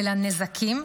ולנזקים.